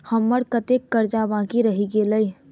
हम्मर कत्तेक कर्जा बाकी रहल गेलइ?